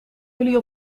jullie